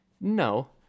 No